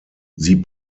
sie